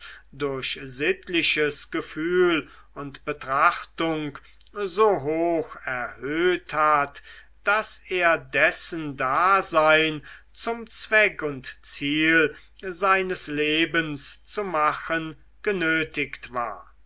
durch sittliches gefühl und betrachtung so hoch erhöht hat daß er dessen dasein zum zweck und ziel seines lebens zu machen genötigt war